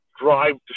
drive